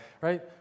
right